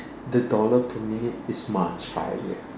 the dollar per minute is much higher